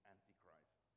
Antichrist